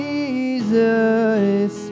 Jesus